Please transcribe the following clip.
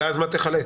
ואז מה תחלט?